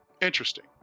interesting